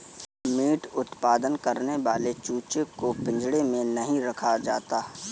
meet उत्पादन करने वाले चूजे को पिंजड़े में नहीं रखा जाता